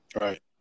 Right